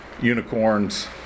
unicorns